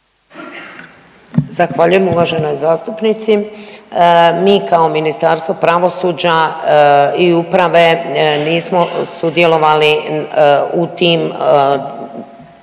Zahvaljujem uvaženoj zastupnici. Mi kao Ministarstvo pravosuđa i uprave nismo sudjelovali u tim davanjima